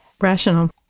Rational